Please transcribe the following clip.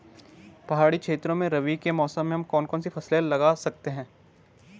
पहाड़ी क्षेत्रों में रबी के मौसम में हम कौन कौन सी फसल लगा सकते हैं?